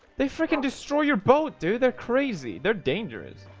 they freaking destroy your boat do they're crazy. they're dangerous.